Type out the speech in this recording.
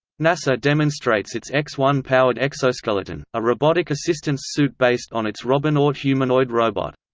nasa demonstrates its x one powered exoskeleton, a robotic assistance suit based on its robonaut humanoid robot.